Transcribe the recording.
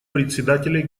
председателей